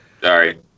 Sorry